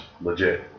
legit